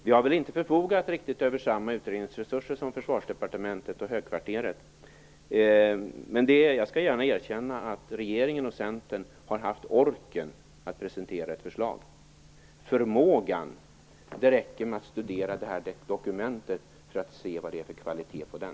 Vi har väl inte riktigt förfogat över samma utredningsresurser som Försvarsdepartementet och högkvarteret, men jag skall gärna erkänna att regeringen och Centern har haft orken att presentera ett förslag. När det gäller förmågan räcker det att studera det här dokumentet och se vad det är för kvalitet på det.